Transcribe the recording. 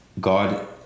God